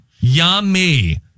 Yummy